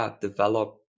develop